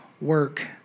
work